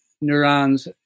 neurons